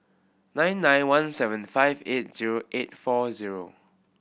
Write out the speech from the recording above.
nine nine one seven five eight zero eight four zero